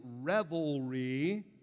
revelry